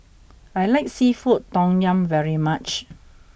I like Seafood Tom Yum very much